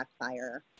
backfire